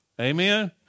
Amen